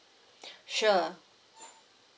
sure